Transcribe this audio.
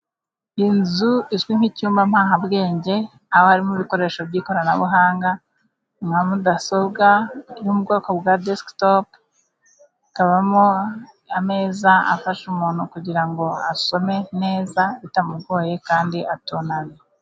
Inzu izwi nk'icyumba mpahabwenge, haba harimo ibikoresho by'ikoranabuhanga, nka mudasobwa ,yo mu bwoko bwa desktop. Hakabamo ameza afasha umuntu kugira ngo asome neza bitamugoye, kandi atunamye.